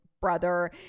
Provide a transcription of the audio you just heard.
brother